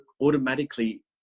automatically